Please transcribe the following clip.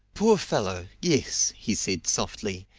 poor fellow yes! he said softly,